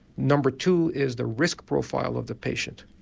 number two is the risk profile of the patients.